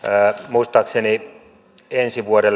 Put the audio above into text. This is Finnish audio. muistaakseni ensi vuonna